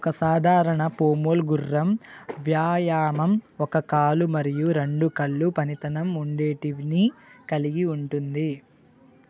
ఒక సాధారణ పోమోల్ గుర్రం వ్యాయామం ఒక కాలు మరియు రెండు కళ్ళు పనితనం ఉండేటివిని కలిగి ఉంటుంది